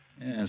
Yes